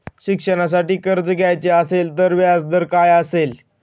शिक्षणासाठी कर्ज घ्यायचे असेल तर व्याजदर काय असेल?